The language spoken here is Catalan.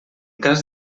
cas